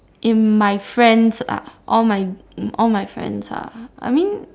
in my friends ah all my all my friends ah I mean